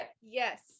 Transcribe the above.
Yes